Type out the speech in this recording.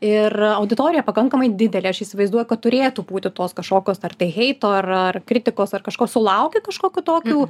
ir auditorija pakankamai didelė aš įsivaizduoju kad turėtų būti tos kažkokios ar tai heito ar ar kritikos ar kažko sulauki kažkokių tokių